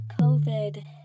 COVID